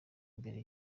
mbere